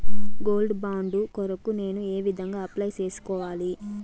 Gold bond కొరకు నేను ఏ విధంగా అప్లై సేసుకోవాలి?